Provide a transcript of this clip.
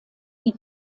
die